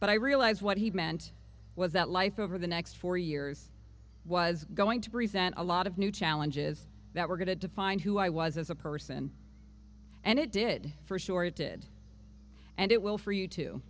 but i realized what he meant was that life over the next four years was going to present a lot of new challenges that were going to define who i was as a person and it did for sure it did and it will for you to